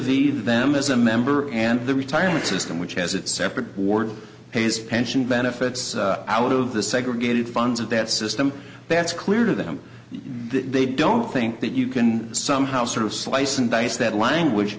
the them is a member and the retirement system which has its separate board pays pension benefits out of the segregated funds of that system that's clear to them they don't think that you can somehow sort of slice and dice that language